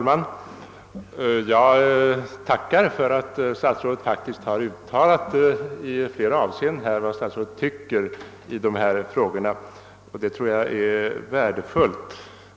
Herr talman! Jag tackar utbildningsministern för att han nu i flera avseenden har uttalat vad han tycker i dessa frågor. Det tror jag är värdefullt.